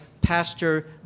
Pastor